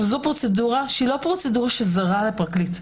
זאת פרוצדורה שלא זרה לפרקליט,